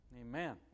Amen